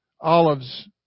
olives